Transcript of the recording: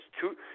two